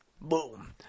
Boom